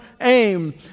aim